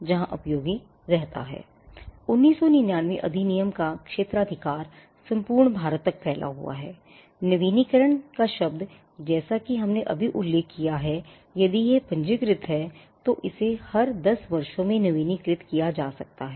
1999 अधिनियम का क्षेत्राधिकार संपूर्ण भारत तक फैला हुआ है नवीनीकरण का शब्द जैसा कि हमने अभी उल्लेख किया है यदि यह पंजीकृत है तो इसे हर दस वर्षों में नवीनीकृत किया जा सकता है